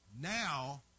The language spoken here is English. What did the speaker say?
Now